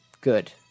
good